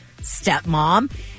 stepmom